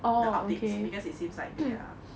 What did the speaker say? the updates because it seems like they are